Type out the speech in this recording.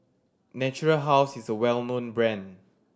Natura House is a well known brand